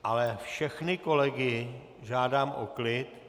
Ale všechny kolegy žádám o klid.